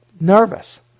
nervous